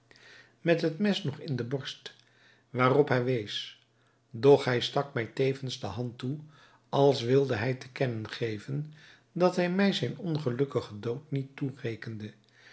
met het mes nog in de borst waarop hij wees doch hij stak mij tevens de hand toe als wilde hij te kennen geven dat hij mij zijn ongelukkigen dood niet toerekende